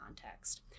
context